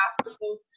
obstacles